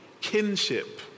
kinship